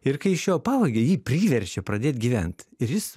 ir kai iš jo pavagia jį priverčia pradėt gyvent ir jis